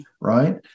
right